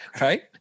right